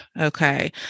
Okay